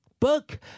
book